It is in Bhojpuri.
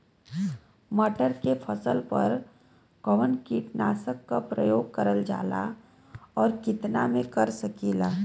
मटर के फसल पर कवन कीटनाशक क प्रयोग करल जाला और कितना में कर सकीला?